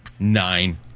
Nine